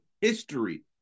history